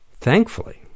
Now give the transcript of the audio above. thankfully